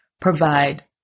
provide